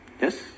Yes